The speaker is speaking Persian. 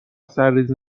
سرریز